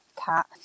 cat